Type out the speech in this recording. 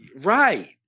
Right